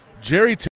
Jerry